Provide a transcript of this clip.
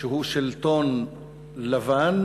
שהוא שלטון לבן,